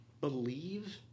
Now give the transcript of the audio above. Believe